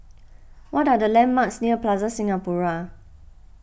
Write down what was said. what are the landmarks near Plaza Singapura